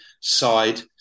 side